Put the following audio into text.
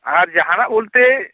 ᱟᱨ ᱡᱟᱦᱟᱱᱟᱜ ᱵᱚᱞᱛᱮ